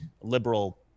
liberal